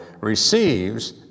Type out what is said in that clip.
receives